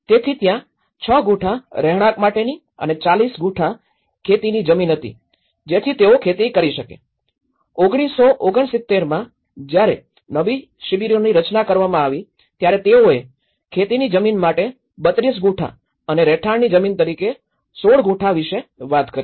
તેથી ત્યાં ૬ ગુંઠા રહેણાંક માટેની અને ૪૦ ગુંઠા ખેતીની જમીન હતી જેથી તેઓ ખેતી કરી શકે ૧૯૬૯માં જ્યારે નવી શિબિરોની રચના કરવામાં આવી ત્યારે તેઓએ ખેતીની જમીન માટે ૩૨ ગુંઠા અને રહેઠાણની જમીન તરીકે ૧૬ ગુંઠા વિશે વાત કરી